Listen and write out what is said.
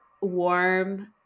warm